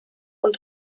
und